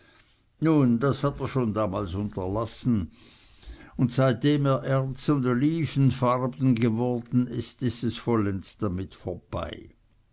nun das hat er schon damals unterlassen und seitdem er erz und olivenfarben geworden ist ist es vollends damit vorbei